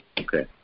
Okay